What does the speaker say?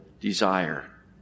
desire